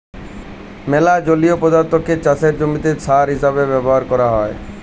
ম্যালা জলীয় পদাথ্থকে চাষের জমিতে সার হিসেবে ব্যাভার ক্যরা হ্যয়